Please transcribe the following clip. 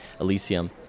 Elysium